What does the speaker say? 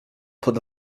pod